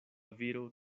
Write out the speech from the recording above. viro